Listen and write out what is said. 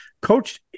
coach